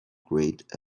great